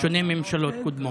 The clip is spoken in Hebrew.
בשונה מממשלות קודמות?